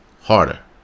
harder